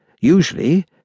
usually